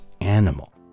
animal